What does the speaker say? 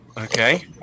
Okay